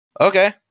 Okay